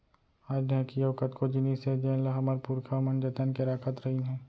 आज ढेंकी अउ कतको जिनिस हे जेन ल हमर पुरखा मन जतन के राखत रहिन हे